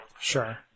Sure